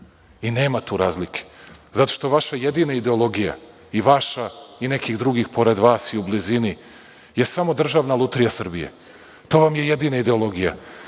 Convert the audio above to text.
i nema tu razlike, zato što vaša jedina ideologija, i vaša i nekih drugih pored vas i u blizini, je samo Državna lutrija Srbije. To vam je jedina ideologija,